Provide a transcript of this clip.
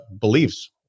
beliefs